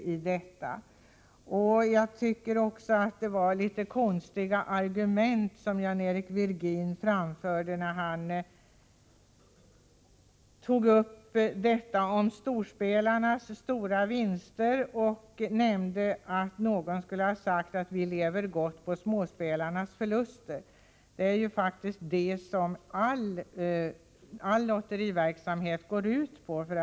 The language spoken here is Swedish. Likaså tycker jag att Jan-Eric Virgin framförde litet konstiga argument när han tog upp frågan om storspelarnas enorma vinster. Han nämnde att någon av dem skulle ha sagt att han levde gott på småspelarnas förluster. Men all lotteriverksamhet medför ju det.